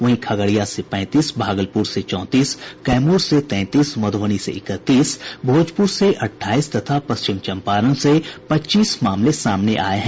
वहीं खगड़िया से पैंतीस भागलपुर से चौंतीस कैमूर से तैंतीस मधुबनी से इकतीस भोजपुर से अठाईस तथा पश्चिमी चंपारण से पच्चीस मामले सामने आये हैं